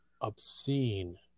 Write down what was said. obscene